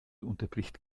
unterbricht